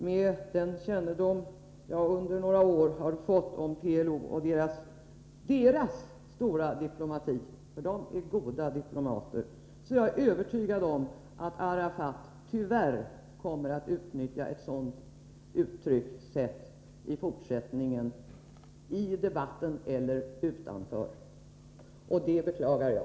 Med den kännedom jag under några år har fått om PLO och dess diplomati - PLO-ledarna är goda diplomater — är jag övertygad om att Arafat tyvärr kommer att utnyttja ett sådant uttryckssätt i fortsättningen, i debatten eller utanför. Det beklagar jag.